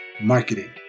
marketing